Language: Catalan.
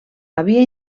havia